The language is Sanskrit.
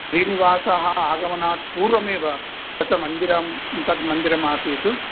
श्रीनिवासः आगमनात् पूर्वमेव स च मन्दिरं तद् मन्दिरमासीत्